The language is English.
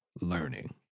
learning